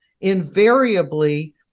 Invariably